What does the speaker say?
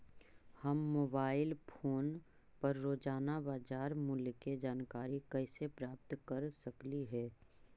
हम mobile phone पर रोजाना बाजार मूल्य के जानकारी कैसे प्राप्त कर सकली हे?